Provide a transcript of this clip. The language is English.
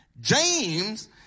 James